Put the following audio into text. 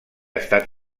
estat